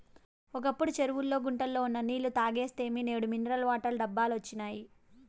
ఒకప్పుడు చెరువుల్లో గుంటల్లో ఉన్న నీళ్ళు తాగేస్తిమి నేడు మినరల్ వాటర్ డబ్బాలొచ్చినియ్